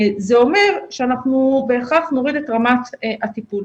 זה אומר שאנחנו בהכרח נוריד את רמת הטיפול.